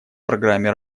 программе